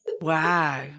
wow